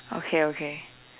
okay okay